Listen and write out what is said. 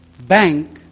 bank